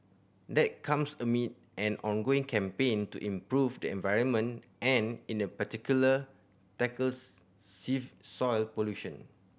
that comes amid an ongoing campaign to improve the environment and in the particular tackles save soil pollution